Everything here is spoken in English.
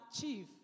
Chief